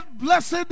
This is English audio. Blessed